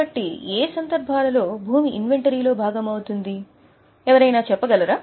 కాబట్టి ఏ సందర్భాలలో ఇది ఇన్వెంటరీ లో భాగం అవుతుంది ఎవరైనా చెప్పగలరా